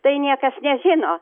tai niekas nežino